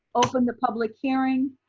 open the public hearing,